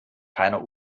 keiner